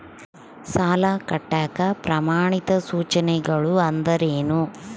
ಸಾಲ ಕಟ್ಟಾಕ ಪ್ರಮಾಣಿತ ಸೂಚನೆಗಳು ಅಂದರೇನು?